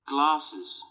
Glasses